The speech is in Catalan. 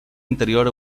interior